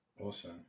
Awesome